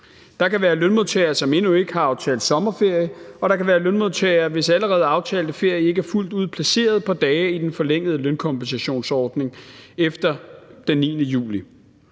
Der kan være lønmodtagere, som endnu ikke har aftalt sommerferie, og der kan være lønmodtagere, hvis allerede aftalte ferie ikke er fuldt ud placeret på dage i den forlængede lønkompensationsordning efter den 9. juli.